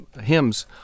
hymns